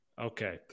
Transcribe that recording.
Okay